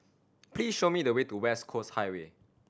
please show me the way to West Coast Highway